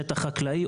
שטח חקלאי,